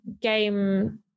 game